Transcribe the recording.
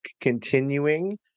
continuing